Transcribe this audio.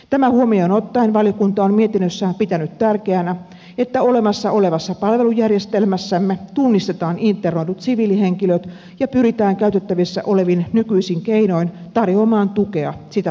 tämä huomioon ottaen valiokunta on mietinnössään pitänyt tärkeänä että olemassa olevassa palvelujärjestelmässämme tunnistetaan internoidut siviilihenkilöt ja pyritään käytettävissä olevin nykyisin keinoin tarjoamaan tukea sitä tarvitseville